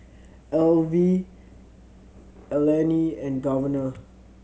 Alvie Eleni and Governor